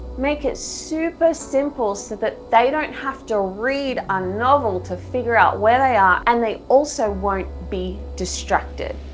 make it super simple so that they don't have to read a novel to figure out where they are and they also won't be distracted.